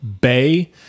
bay